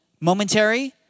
momentary